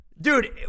Dude